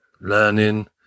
learning